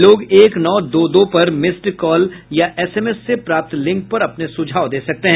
लोग एक नौ दो दो पर मिस्ड कॉल या एसएमएस से प्राप्त लिंक पर अपने सुझाव दे सकते हैं